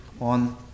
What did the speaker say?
on